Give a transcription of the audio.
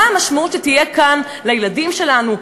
מה המשמעות שתהיה כאן לילדים שלנו,